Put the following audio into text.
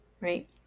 right